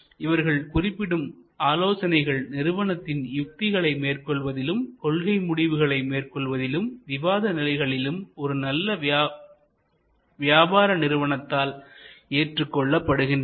இவர்கள் குறிப்பிடும் ஆலோசனைகள் நிறுவனத்தின் யுத்திகளை மேற்கொள்வதிலும் கொள்கை முடிவுகளை மேற்கொள்வதிலும்விவாதநிலைகளிலும் ஒரு நல்ல வியாபார நிறுவனத்தால் ஏற்றுக்கொள்ளப்படுகின்றன